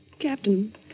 Captain